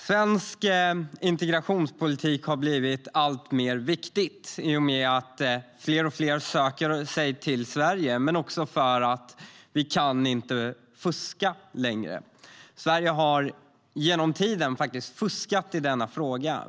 Svensk integrationspolitik har blivit allt viktigare i och med att fler och fler söker sig till Sverige men också eftersom vi inte kan fuska längre. Sverige har genom tiderna faktiskt fuskat i denna fråga.